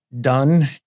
done